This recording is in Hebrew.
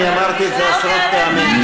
אמרתי את זה עשרות פעמים.